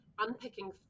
unpicking